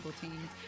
teams